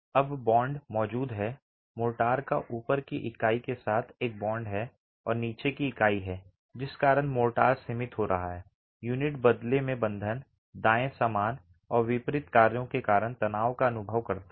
अब बॉन्ड मौजूद है मोर्टार का ऊपर की इकाई के साथ एक बॉन्ड है और नीचे की इकाई है जिस कारण मोर्टार सीमित हो रहा है यूनिट बदले में बंधन दाएं समान और विपरीत कार्यों के कारण तनाव का अनुभव करता है